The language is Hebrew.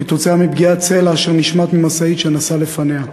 כתוצאה מפגיעת סלע אשר נשמט ממשאית שנסעה לפניה.